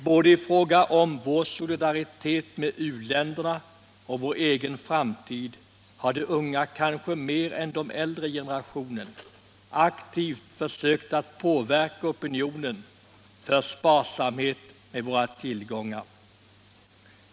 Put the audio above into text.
Både i fråga om vår solidaritet med u-länderna och i fråga om vår egen framtid har de unga kanske mer än den äldre generationen aktivt försökt att påverka opinionen för sparsamhet med våra tillgångar.